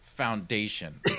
foundation